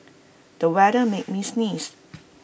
the weather made me sneeze